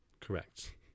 Correct